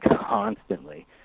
constantly